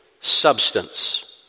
substance